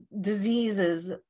diseases